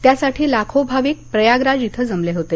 त्यासाठी लाखो भाविक प्रयागराज इथं जमले होते